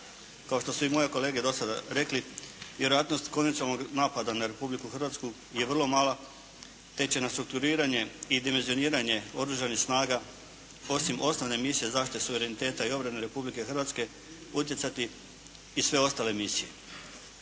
Kao što su i moje kolege do sada rekli, vjerojatnost konvencionalnog napada na Republiku Hrvatsku je vrlo mala, te će nas strukturiranje i dimenzioniranje Oružanih snaga, osim osnovne Misije zaštite suvereniteta i obrane Republike Hrvatske utjecati i sve ostale misije.